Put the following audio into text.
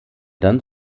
dann